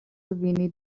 وینی